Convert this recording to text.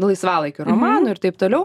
laisvalaikio romanų ir taip toliau